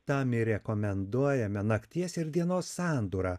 tam ir rekomenduojame nakties ir dienos sandūrą